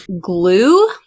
glue